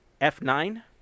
F9